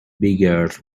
beggars